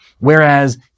Whereas